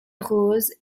rose